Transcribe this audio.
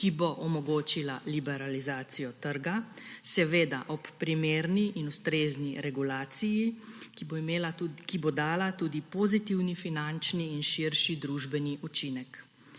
ki bo omogočila liberalizacijo trga, seveda ob primerni in ustrezni regulaciji, ki bo dala tudi pozitiven finančni in širši družbeni učinek.